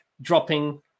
dropping